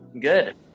Good